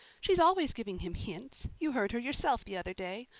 she's always giving him hints you heard her yourself the other day.